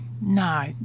Nah